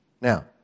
Now